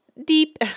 deep